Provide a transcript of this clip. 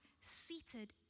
seated